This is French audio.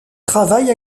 travaille